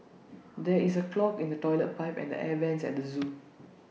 there is A clog in the Toilet Pipe and the air Vents at the Zoo